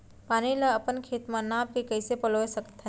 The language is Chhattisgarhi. पानी ला अपन खेत म नाप के कइसे पलोय सकथन?